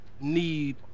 need